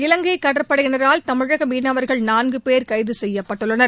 இலங்கை கடற்படையினரால் தமிழக மீனவர்கள் நான்கு பேர் கைது செய்யப்பட்டுள்ளனர்